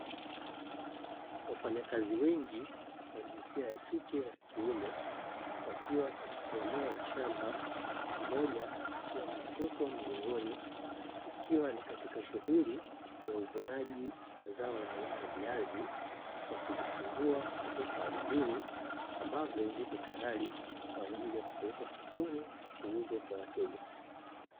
Wafanyakazi wengi wa jinsia ya kike na kiume, wakiwa katika eneo la shamba mmoja akiwa na mtoto mgongoni, ikiwa ni katika shughuli ya uvunaji wa zao la aina ya viazi, wakivichimbua kutoka ardhini ambavyo viko tayari kwa ajili ya kupelekwa sokoni kuuzwa kwa wateja.